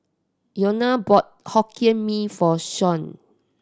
Iona bought Hokkien Mee for Shanae